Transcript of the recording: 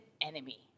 enemy